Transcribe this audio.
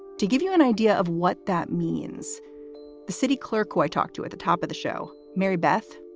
to give you an idea of what that means the city clerk, who i talked to at the top of the show, mary beth,